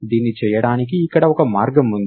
దీన్ని చేయడానికి ఇక్కడ ఒక మార్గం ఉంది